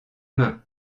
mains